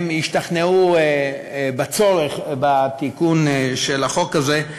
הם ישתכנעו בצורך בתיקון של החוק הזה,